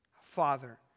Father